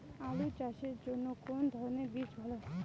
আলু চাষের জন্য কোন ধরণের বীজ ভালো?